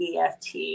EFT